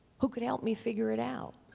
who could help me figure it out.